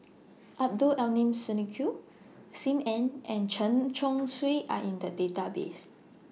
Abdul Aleem Siddique SIM Ann and Chen Chong Swee Are in The Database